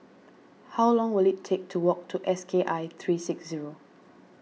how long will it take to walk to S K I three six zero